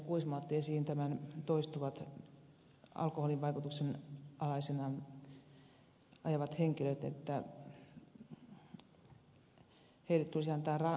kuisma otti esiin nämä toistuvasti alkoholin vaikutuksen alaisena ajavat henkilöt että heille tulisi antaa rangaistus